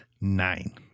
nine